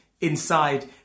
inside